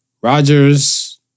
Rogers